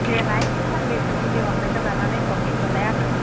देलाय साननैसो मुलि हरनायखो जाना नायबावनि होमब्लालाय आङो